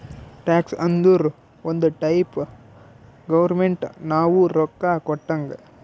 tax ಅಂದುರ್ ಒಂದ್ type government ನಾವು ರೊಕ್ಕಾ ಕೊಟ್ಟಂಗ್